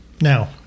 now